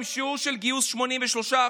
עם שיעור גיוס של 83%,